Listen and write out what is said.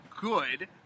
good